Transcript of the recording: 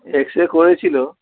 x-ray করেছিলো